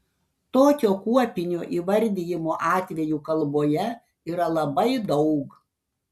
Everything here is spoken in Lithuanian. tokio kuopinio įvardijimo atvejų kalboje yra labai daug